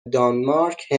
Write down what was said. دانمارک